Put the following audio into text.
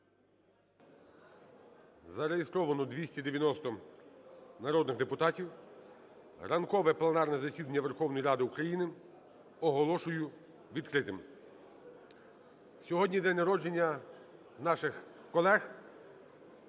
Зареєстровано 290 народних депутатів. Ранкове пленарне засідання Верховної Ради України оголошую відкритим. Сьогодні день народження наших колег.